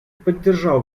поддержал